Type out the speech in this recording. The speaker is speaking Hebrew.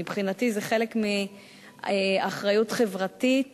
מבחינתי, זה חלק מאחריות חברתית